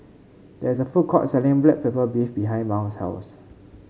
there is a food court selling Black Pepper Beef behind Mal's house